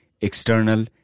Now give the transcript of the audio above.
external